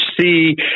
see